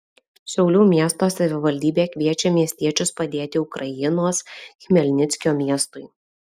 šiaulių miesto savivaldybė kviečia miestiečius padėti ukrainos chmelnickio miestui